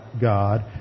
God